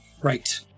Right